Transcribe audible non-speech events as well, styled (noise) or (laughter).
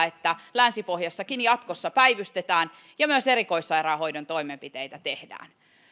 (unintelligible) että länsi pohjassakin jatkossa päivystetään ja myös erikoissairaanhoidon toimenpiteitä tehdään